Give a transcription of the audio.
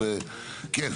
כן.